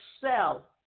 sell